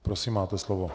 Prosím, máte slovo.